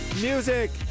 music